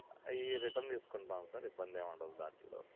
అవీ రిటర్న్ తీసుకుంటాం సార్ ఇబ్బందేముండదు దాంట్లో